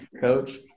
coach